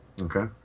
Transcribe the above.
Okay